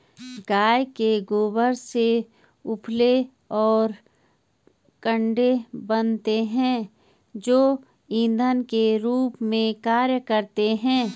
गाय के गोबर से उपले और कंडे बनते हैं जो इंधन के रूप में कार्य करते हैं